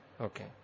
Okay